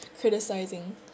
criticizing